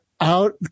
out